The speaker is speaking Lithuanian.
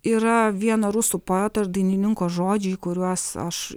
yra vieno rusų poeto ir dainininko žodžiai kuriuos aš